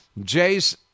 Jace